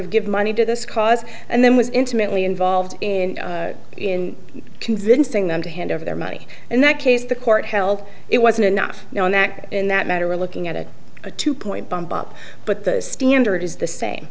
of give money to this cause and then was intimately involved in in convincing them to hand over their money and that case the court held it wasn't enough known that in that matter looking at it a two point bump up but the standard is the same